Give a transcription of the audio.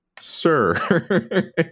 sir